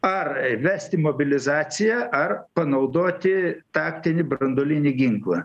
ar vesti mobilizaciją ar panaudoti taktinį branduolinį ginklą